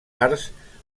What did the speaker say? arts